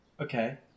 Okay